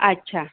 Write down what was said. अच्छा